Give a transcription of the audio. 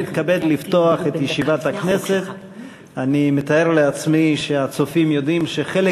אני מתאר לעצמי שהצופים יודעים שחלק